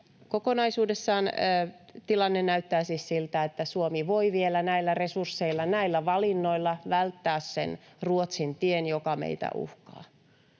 Kokonaisuudessaan tilanne näyttää siis siltä, että Suomi voi vielä näillä resursseilla ja näillä valinnoilla välttää sen Ruotsin tien, joka meitä uhkaa.